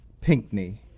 Pinckney